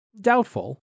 Doubtful